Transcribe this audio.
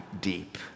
deep